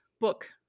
book